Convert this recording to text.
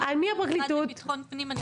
אני מהמשרד לביטחון פנים.